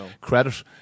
credit